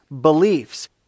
beliefs